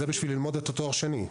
זה בשביל ללמוד תואר שני.